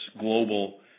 global